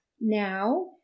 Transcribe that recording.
Now